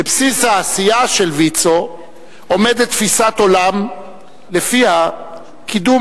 בבסיס העשייה של ויצו עומדת תפיסת עולם שלפיה קידום